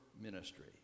ministry